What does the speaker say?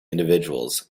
individuals